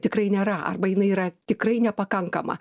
tikrai nėra arba jinai yra tikrai nepakankama